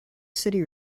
city